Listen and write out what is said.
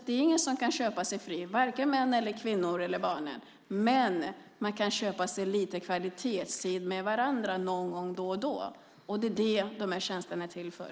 Det är ingen som kan köpa sig fri, varken män, kvinnor eller barn, men man kan köpa sig lite kvalitetstid med varandra. Det är det som de här tjänsterna är till för.